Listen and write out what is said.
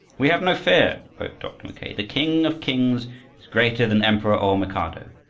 we have no fear, wrote dr. mackay. the king of kings is greater than emperor or mikado.